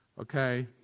Okay